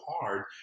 hard